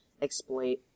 exploit